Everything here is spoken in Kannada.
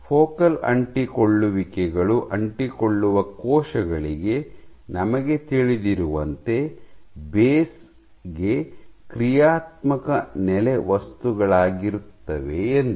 ಫೋಕಲ್ ಅಂಟಿಕೊಳ್ಳುವಿಕೆಗಳು ಅಂಟಿಕೊಳ್ಳುವ ಕೋಶಗಳಿಗೆ ನಮಗೆ ತಿಳಿದಿರುವಂತೆ ಬೇಸ್ಗೆ ಕ್ರಿಯಾತ್ಮಕ ನೆಲೆವಸ್ತುಗಳಾಗಿರುತ್ತವೆ ಎಂದು